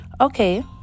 okay